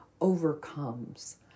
overcomes